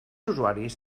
usuaris